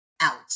out